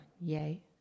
yay